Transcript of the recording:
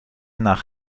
nach